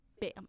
Bam